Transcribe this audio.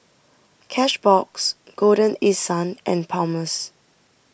Cashbox Golden East Sun and Palmer's